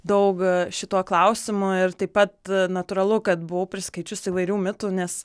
daug šituo klausimu ir taip pat natūralu kad buvau prisiskaičius įvairių mitų nes